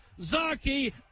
Zaki